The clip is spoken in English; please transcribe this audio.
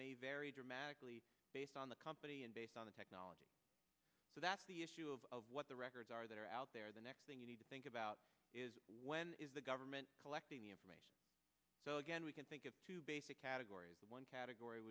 may vary dramatically based on the company and based on the technology so that's the issue of what the records are that are out there the next thing you need to think about is when is the government collecting the information so again we can think of two basic categories one category